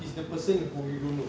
is the person who you don't know